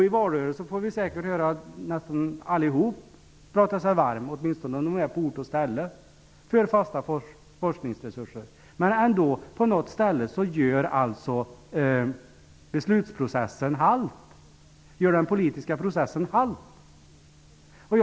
I valrörelsen får vi säkert höra allihop prata sig varma -- åtminstone om de är på ort och ställe -- för fasta forskningsresurser. Men på något ställe gör alltså den politiska processen halt.